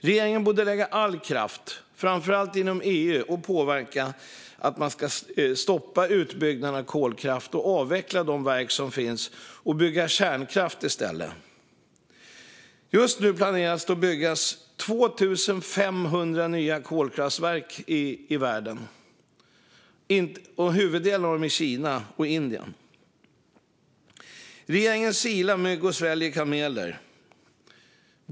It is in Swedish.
Regeringen borde lägga all kraft, framför allt inom EU, på att påverka så att man stoppar utbyggnaden av kolkraft, avvecklar de verk som finns och bygger kärnkraft i stället. Just nu planerar man att bygga 2 500 nya kolkraftverk i världen, huvuddelen av dem i Kina och Indien. Regeringen silar mygg och sväljer kameler!